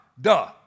Duh